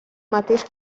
mateix